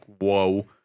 whoa